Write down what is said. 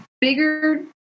bigger